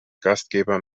gastgeber